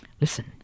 Listen